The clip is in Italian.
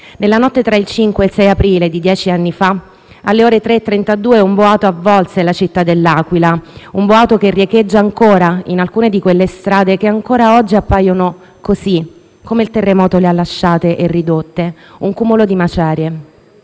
Nella notte tra il 5 e 6 aprile di dieci anni fa, alle ore 3,32, un boato avvolse la città dell'Aquila, un boato che riecheggia ancora in alcune di quelle strade che ancora oggi appaiono così come il terremoto le ha lasciate e ridotte: un cumulo di macerie.